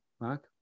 Mark